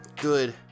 good